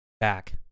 back